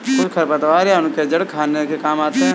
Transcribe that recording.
कुछ खरपतवार या उनके जड़ खाने के काम आते हैं